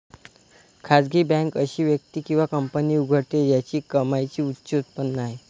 खासगी बँक अशी व्यक्ती किंवा कंपनी उघडते ज्याची कमाईची उच्च उत्पन्न आहे